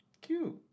cute